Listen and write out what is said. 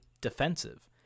defensive